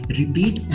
repeat